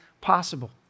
possible